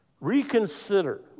Reconsider